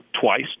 twice